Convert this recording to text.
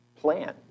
plan